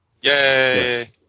Yay